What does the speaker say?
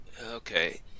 Okay